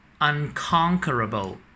Unconquerable